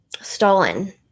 stolen